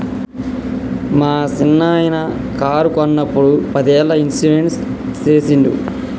మా సిన్ననాయిన కారు కొన్నప్పుడు పదేళ్ళ ఇన్సూరెన్స్ సేసిండు